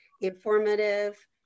informative